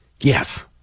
Yes